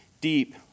deep